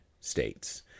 States